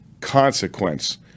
consequence